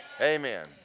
Amen